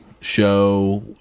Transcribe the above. show